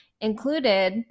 included